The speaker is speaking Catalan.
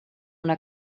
una